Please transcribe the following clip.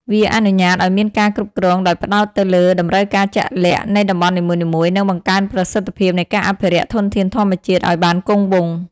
វាអនុញ្ញាតឱ្យមានការគ្រប់គ្រងដោយផ្តោតទៅលើតម្រូវការជាក់លាក់នៃតំបន់នីមួយៗ និងបង្កើនប្រសិទ្ធភាពនៃការអភិរក្សធនធានធម្មជាតិឱ្យបានគង់វង្ស។